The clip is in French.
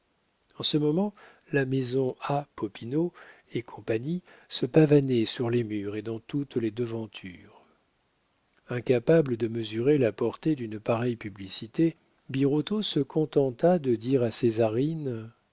en ce moment la maison a popinot et compagnie se pavanait sur les murs et dans toutes les devantures incapable de mesurer la portée d'une pareille publicité birotteau se contenta de dire à césarine ce